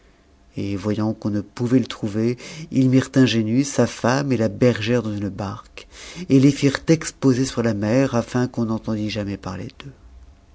et voyant qu'on ne pouvait le trouver ils mirent ingénu sa femme et la bergère dans une barque et les firent exposer sur la mer afin qu'on entendît jamais parler d'eux